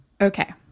Okay